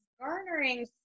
garnering